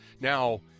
Now